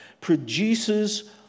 produces